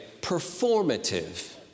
performative